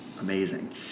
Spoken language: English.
amazing